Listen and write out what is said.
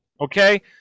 okay